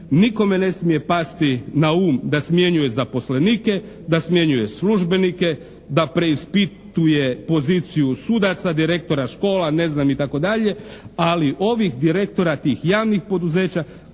Nikome ne treba pasti na um da smjenjuje zaposlenike, da smjenjuje službenike, da preispituje poziciju sudaca, direktora škola, ne znam i tako dalje, ali ovih direktora tih javnih poduzeća